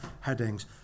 headings